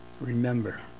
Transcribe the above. remember